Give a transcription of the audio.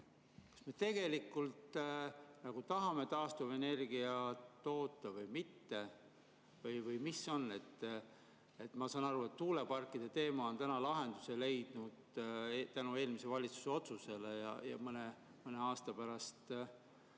Kas me tegelikult tahame taastuvenergiat toota või mitte või mis see on? Ma saan aru, et tuuleparkide teema on lahenduse leidnud tänu eelmise valitsuse otsusele ja mõne aasta pärast on